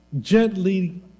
gently